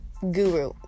guru